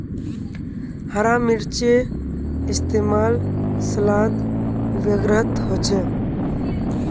हरा मिर्चै इस्तेमाल सलाद वगैरहत होचे